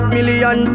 Million